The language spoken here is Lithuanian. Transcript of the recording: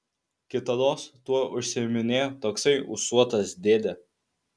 kitados tuo užsiiminėjo toksai ūsuotas dėdė